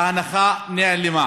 ההנחה נעלמה.